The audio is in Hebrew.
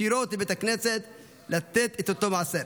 ישירות לבית הכנסת לתת את אותו מעשר.